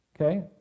Okay